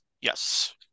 Yes